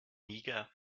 niger